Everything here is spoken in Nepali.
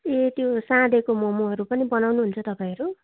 ए त्यो साँधेको ममहरू पनि बनाउनु हुन्छ तपाईँहरू